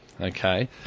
okay